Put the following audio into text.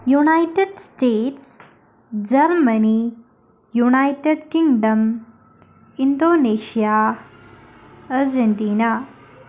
United States Germany United Kingdom Indonesia Argentina